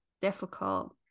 difficult